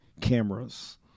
cameras